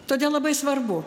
todėl labai svarbu